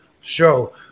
show